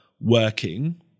working